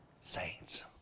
saints